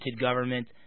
government